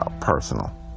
personal